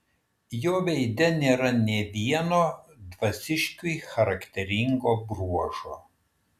jo veide nėra nė vieno dvasiškiui charakteringo bruožo